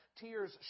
tears